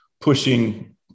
pushing